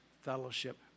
fellowship